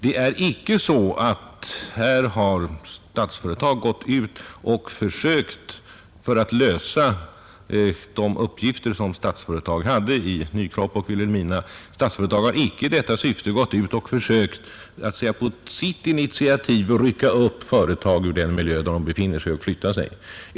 Det förhåller sig icke så att Statsföretag i syfte att klara de uppgifter det hade i Nykroppa och Vilhelmina har försökt att på eget initiativ rycka upp företag ur den miljö där de befinner sig.